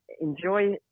enjoy